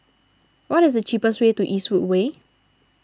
what is the cheapest way to Eastwood Way